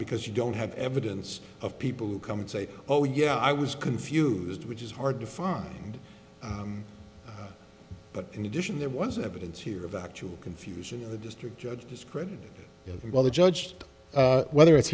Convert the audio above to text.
because you don't have evidence of people who come and say oh yeah i was confused which is hard to find but in addition there was evidence here of actual confusion in the district judge discretion and well the judge whether it's